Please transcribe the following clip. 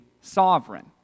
sovereign